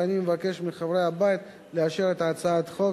ואני מבקש מחברי הבית לאשר את הצעת החוק